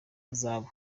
zahabu